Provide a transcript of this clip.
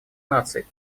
наций